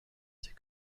c’est